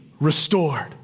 restored